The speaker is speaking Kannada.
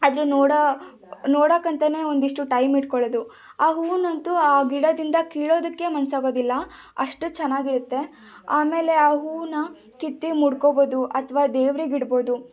ಅದು ನೋಡೋ ನೋಡೋಕಂತಾನೆ ಒಂದಿಷ್ಟು ಟೈಮ್ ಇಟ್ಕೊಳ್ಳೋದು ಆ ಹೂವನ್ನಂತೂ ಆ ಗಿಡದಿಂದ ಕೀಳೋದಕ್ಕೆ ಮನಸ್ಸಾಗೋದಿಲ್ಲ ಅಷ್ಟು ಚೆನ್ನಾಗಿರುತ್ತೆ ಆಮೇಲೆ ಆ ಹೂನ ಕಿತ್ತು ಮುಡ್ಕೊಬೋದು ಅಥವಾ ದೇವ್ರಿಗಿಡ್ಬೋದು